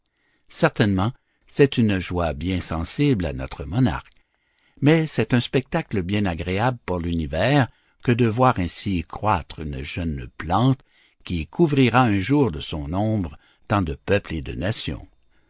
certainement c'est une joie bien sensible à notre monarque mais c'est un spectacle bien agréable pour l'univers que de voir ainsi croître une jeune plante qui couvrira un jour de son ombre tant de peuples et de nations